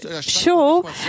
Sure